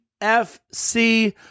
FC